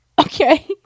Okay